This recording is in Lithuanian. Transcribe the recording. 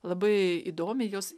labai įdomiai jos